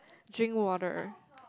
drink water